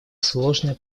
сложная